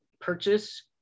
purchase